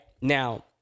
Now